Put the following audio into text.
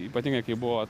ypatingai kai buvo